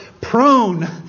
prone